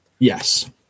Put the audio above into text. Yes